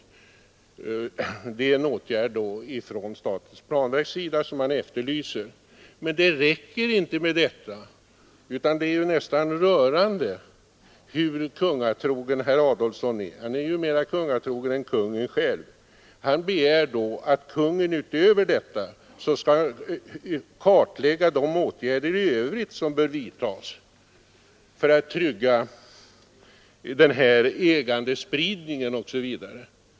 Det är alltså en åtgärd från statens planverk man efterlyser, men det räcker inte med detta, utan herr Adolfsson är mera kungatrogen än kungen själv. Han begär att Kungl. Maj:t utöver detta skall kartlägga de åtgärder i övrigt som bör vidtas för att trygga den här ägandespridningen osv.